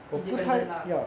independent lah